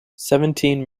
seventeen